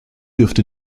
dürfte